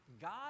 God